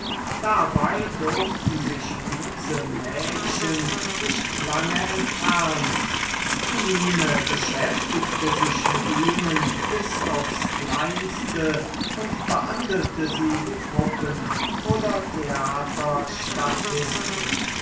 dabei durften sich diese mädchen nicht lange entfernen philine beschäftigte sich mit ihnen bis aufs kleinste und behandelte sie wie puppen oder